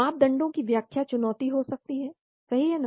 मापदंडों की व्याख्या चुनौती हो सकती है सही है ना